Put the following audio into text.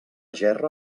gerra